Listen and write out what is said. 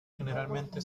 generalmente